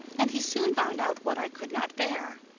and he soon found out what i could not bear.